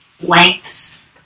lengths